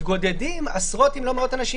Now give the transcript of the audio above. ומתגודדים בחוץ עשרות אם לא מאות אנשים.